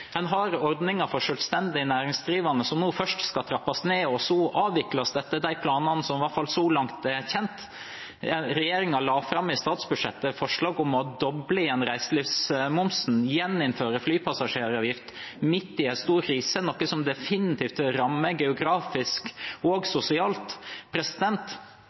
har ordninger for selvstendig næringsdrivende som nå først skal trappes ned og så avvikles, etter de planene som iallfall så langt er kjent. Regjeringen la i statsbudsjettet fram et forslag om å doble reiselivsmomsen og gjeninnføre flypassasjeravgiften, midt i en stor krise, noe som definitivt rammer geografisk og